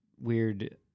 weird